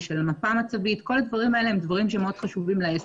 מפה מצבית וכל הדברים האלה שהם מאוד חשובים לעסק..